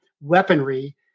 weaponry